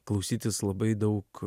klausytis labai daug